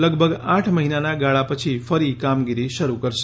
લગભગ આઠ મહિનાના ગાળા પછી ફરી કામગીરી શરૂ કરશે